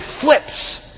flips